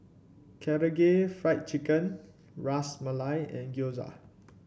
Karaage Fried Chicken Ras Malai and Gyoza